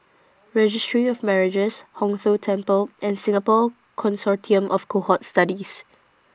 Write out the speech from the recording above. Registry of Marriages Hong Tho Temple and Singapore Consortium of Cohort Studies